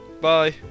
Bye